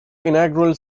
inaugural